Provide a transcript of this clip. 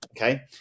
okay